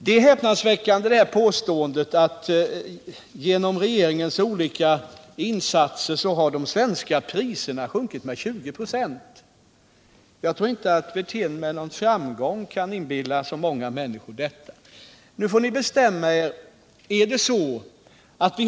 Det påståendet är häpnadsväckande, att genom regeringens olika insatser har de svenska priserna sjunkit med 20 96. Jag tror inte att Rolf Wirtén med någon framgång kan inbilla så många människor det. Nu får ni bestämma er.